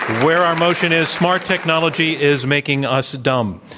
where our motion is, smart technology is making us dumb.